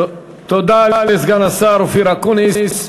תודה לסגן השר אופיר אקוניס.